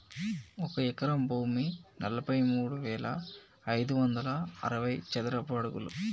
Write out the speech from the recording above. ఒక ఎకరం భూమి నలభై మూడు వేల ఐదు వందల అరవై చదరపు అడుగులు